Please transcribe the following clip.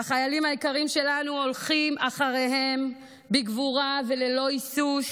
והחיילים היקרים שלנו הולכים אחריהם בגבורה וללא היסוס